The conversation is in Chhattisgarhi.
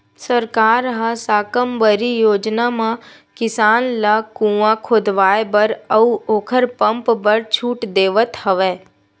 सरकार ह साकम्बरी योजना म किसान ल कुँआ खोदवाए बर अउ ओखर पंप बर छूट देवथ हवय